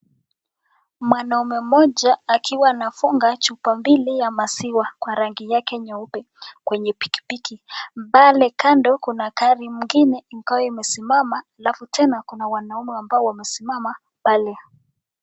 Mwanaume mmoja akiwa anafunga chupa mbili ya maziwa kwa rangi yake nyeupe kwenye pikipiki. Pale kando kuna gari ingine ingawa imesimama alafu tena kuna wanaume ambao wamesimama pale.